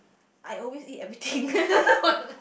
I always eat everything